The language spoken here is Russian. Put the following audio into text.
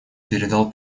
передал